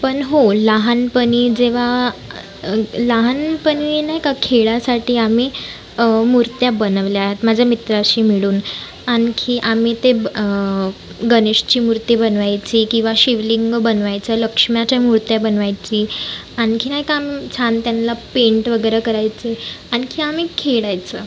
पण हो लहानपणी जेव्हा लहानपणी नाही का खेळासाठी आम्ही मूर्त्या बनवल्यात माझ्या मित्राशी मिळून आणखी आम्ही ते ब गणेशाची मूर्ती बनवायचे किंवा शिवलिंग बनवायचं लक्ष्म्याच्या मूर्त्या बनवायची आणखीन एका छान त्यांना पेंट वगैरे करायचं आणखी आम्ही खेळायचं